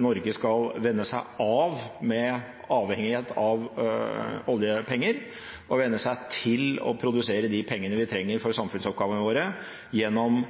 Norge skal venne seg av med avhengighet av oljepenger og venne seg til å produsere de pengene vi trenger for samfunnsoppgavene våre, gjennom